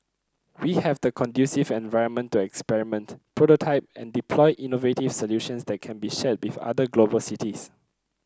we have the conducive environment to experiment prototype and deploy innovative solutions that can be shared with other global cities